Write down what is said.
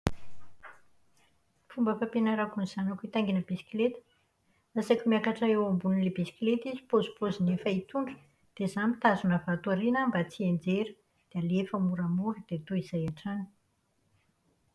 Fomba fampianarako ny zanako hitaingina bisikileta. Nasaiko niakatra eo ambonin'ilay bisikileta izy, paozipaozin'ilay efa hitondra, dia zaho mitazona avy ato aoriana mba tsy hianjera. Dia alefako moramora dia toy izay hatrany.